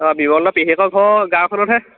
অঁ বিমলহঁতৰ পেহীয়েকৰ ঘৰৰ গাঁওখনতহে